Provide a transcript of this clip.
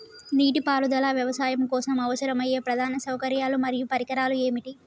నీటిపారుదల వ్యవసాయం కోసం అవసరమయ్యే ప్రధాన సౌకర్యాలు మరియు పరికరాలు ఏమిటి?